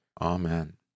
Amen